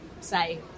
say